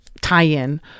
tie-in